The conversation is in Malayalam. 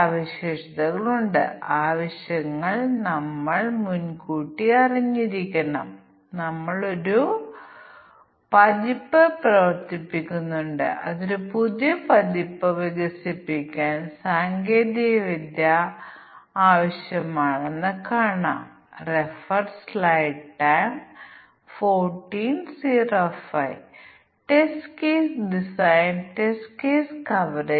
അതുപോലെ ഈ രണ്ടിനുമിടയിൽ ഇത് പകുതിയിലധികം നിറഞ്ഞിരിക്കുന്നിടത്തോളം അത് ഒരു ആഭ്യന്തര വിമാനമാണ് ഇത് ഒരു സീറ്റിന് 3000 ൽ കൂടുതലാണോ അല്ലയോ എന്ന് ഞങ്ങൾ വിഷമിക്കുന്നില്ല ഞങ്ങൾ ഭക്ഷണം വിളമ്പുന്നു അതിനാൽ ഞങ്ങൾക്ക് അത് ഒപ്റ്റിമൈസ് ചെയ്യാൻ കഴിയും ഞങ്ങൾ നാല് ടെസ്റ്റ് കേസുകൾ കണ്ടെത്തുന്നു